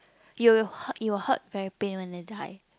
you will hurt you will hurt very pain one then die